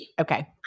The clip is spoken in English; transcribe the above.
Okay